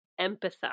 empathize